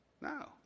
No